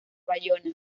bayona